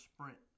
sprint